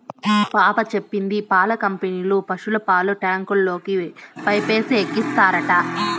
పాప చెప్పింది పాల కంపెనీల పశుల పాలు ట్యాంకుల్లోకి పైపేసి ఎక్కిత్తారట